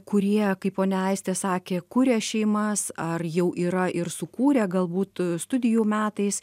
kurie kaip ponia aistė sakė kuria šeimas ar jau yra ir sukūrė galbūt studijų metais